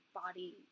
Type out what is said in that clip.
body